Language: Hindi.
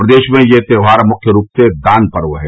प्रदेश में यह त्योहार मुख्य रूप से दान पर्व है